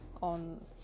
on